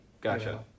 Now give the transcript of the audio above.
Gotcha